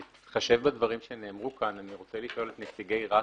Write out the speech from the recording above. בהתחשב בדברים שנאמרו כאן אני רוצה לשאול את נציגי רת"א.